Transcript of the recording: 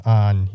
on